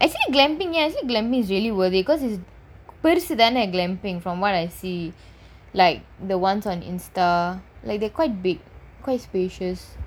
is it camping really worth it because it's பெருசு தான:perusu thaana camping from what I see like the ones on Instagram like they quite big quite spacious